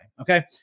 okay